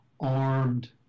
Armed